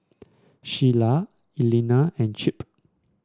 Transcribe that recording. Sheilah Elana and Chip